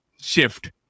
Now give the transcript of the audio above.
shift